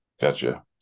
Gotcha